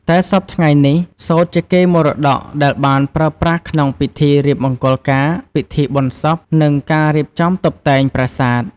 តែសព្វថ្ងៃ នេះ សូត្រជាកេរមត៌កដែលបានប្រើប្រាស់ក្នុងពិធីរៀបមង្គលការ ពិធីបុណ្យសព និង ការរៀបចំតុបតែងប្រាសាទ។